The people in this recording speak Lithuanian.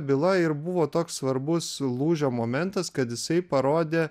byla ir buvo toks svarbus lūžio momentas kad jisai parodė